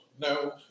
No